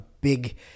big